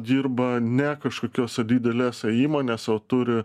dirba ne kažkokiose didelės įmonėse o turi